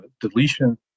deletion